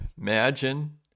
imagine